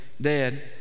dead